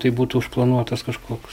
tai būtų užplanuotas kažkoks